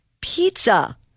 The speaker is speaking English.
Pizza